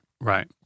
Right